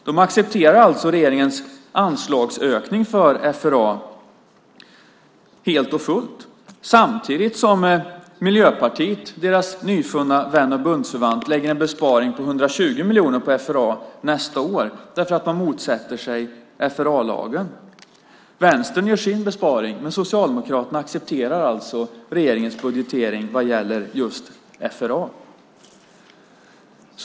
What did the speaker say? De accepterar alltså regeringens anslagsökning för FRA helt och fullt, samtidigt som Miljöpartiet, deras nyfunna vän och bundsförvant, lägger fram en besparing på 120 miljoner på FRA nästa år därför att man motsätter sig FRA-lagen. Vänstern gör sin besparing, men Socialdemokraterna accepterar alltså regeringens budgetering vad gäller just FRA.